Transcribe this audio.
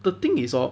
the thing is hor